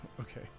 Okay